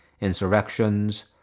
insurrections